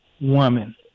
woman